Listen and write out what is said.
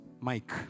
Mike